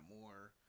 more